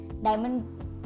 Diamond